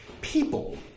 People